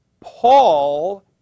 Paul